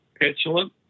petulant